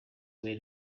were